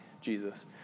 Jesus